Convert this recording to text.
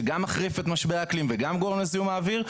שגם מחריף את משבר האקלים וגם גורם לזיהום האוויר.